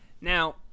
Now